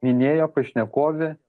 minėjo pašnekovė